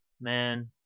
man